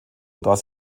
dass